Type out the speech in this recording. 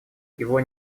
его